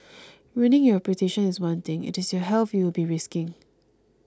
ruining your reputation is one thing it is your health you will be risking